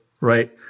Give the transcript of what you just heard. right